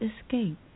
escape